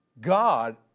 God